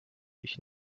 ich